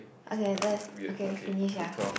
okay that's okay finish sia